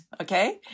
Okay